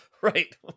Right